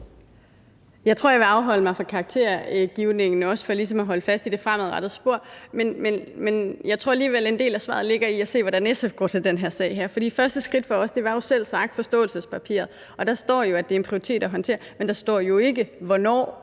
Jeg tror, jeg også vil afholde mig fra karaktergivningen for ligesom at holde fast i det fremadrettede spor. Men jeg tror alligevel, at en del af svaret ligger i at se, hvordan SF går til den sag her. For første skridt for os var jo selvsagt forståelsespapiret, og der står, at det er en prioritet at håndtere det, men der står jo ikke hvornår